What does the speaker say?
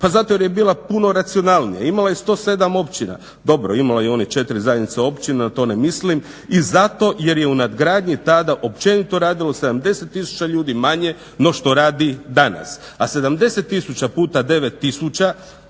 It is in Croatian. pa zato jer je bila puno racionalnija, imala je 107 općina, dobro imala je i one četiri zajednice općina, to ne mislim i zato jer je u nadgradnji tada općenito radilo 70 000 ljudi manje no što radi danas, a 70 000 puta 9000